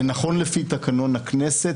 זה נכון לפי תקנון הכנסת.